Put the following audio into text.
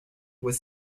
was